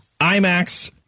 IMAX